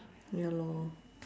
ya lor